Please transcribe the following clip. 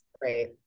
Right